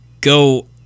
go